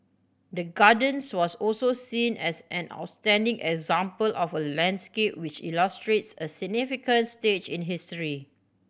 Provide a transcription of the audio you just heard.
the Gardens was also seen as an outstanding example of a landscape which illustrates a significant stage in history